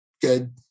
good